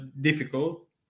difficult